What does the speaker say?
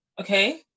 okay